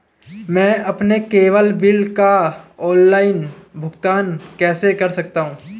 मैं अपने cable bill का ऑनलाइन भुगतान कैसे कर सकता हूं?